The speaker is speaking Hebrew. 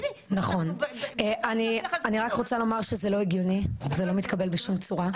אני רק רוצה לומר שזה לא הגיוני וזה לא מתקבל בשום צורה,